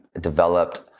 developed